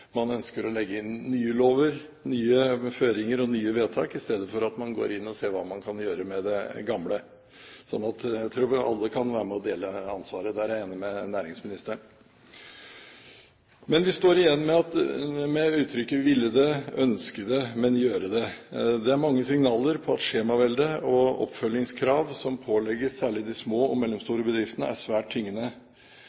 ønsker å legge inn nye lover, nye føringer og nye vedtak istedenfor at man går inn og ser hva man kan gjøre med det gamle. Så jeg tror alle kan være med å dele ansvaret. Der er jeg enig med næringsministeren. Men vi står igjen med uttrykket: Ville det, ønske det, men gjøre det! Det er mange signaler om at skjemaveldet og oppfølgingskrav som pålegges særlig de små og